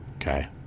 Okay